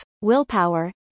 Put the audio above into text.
willpower